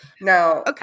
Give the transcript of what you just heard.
Now